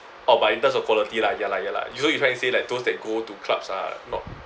orh but in terms of quality lah ya lah ya lah you so you trying to say like those that go to clubs are not